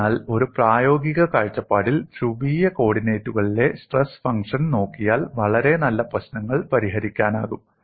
അതിനാൽ ഒരു പ്രായോഗിക കാഴ്ചപ്പാടിൽ ധ്രുവീയ കോർഡിനേറ്റുകളിലെ സ്ട്രെസ് ഫംഗ്ഷൻ നോക്കിയാൽ വളരെ നല്ല പ്രശ്നങ്ങൾ പരിഹരിക്കാനാകും